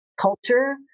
culture